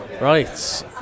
Right